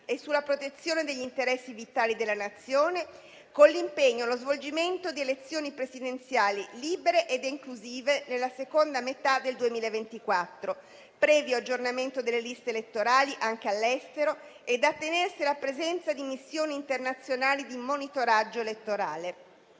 e sulla protezione degli interessi vitali della Nazione, con l'impegno allo svolgimento di elezioni presidenziali libere ed inclusive nella seconda metà del 2024, previo aggiornamento delle liste elettorali, anche all'estero, da tenersi alla presenza di missioni internazionali di monitoraggio elettorale.